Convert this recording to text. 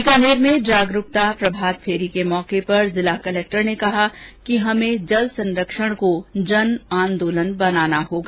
बीकानेर में जागरूकता प्रभात फेरी के मौके पर जिला कलेक्टर ने कहा कि हमें जल संरक्षण को जन आंदोलन बनाना होगा